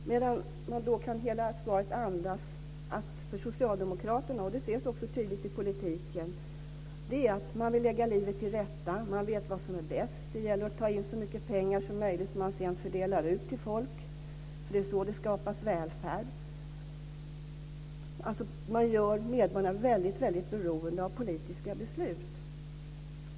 Hela svaret andas att socialdemokraterna - och det syns tydligt i politiken - vill lägga livet till rätta, man vet vad som är bäst, att det gäller att ta in så mycket pengar som möjligt för att sedan fördela ut till folk, det är så välfärd skapas. Man gör medborgarna väldigt beroende av politiska beslut.